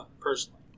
personally